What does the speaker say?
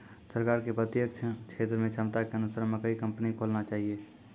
सरकार के प्रत्येक क्षेत्र मे क्षमता के अनुसार मकई कंपनी खोलना चाहिए?